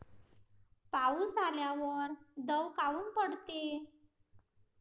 पाऊस आल्यावर दव काऊन पडते?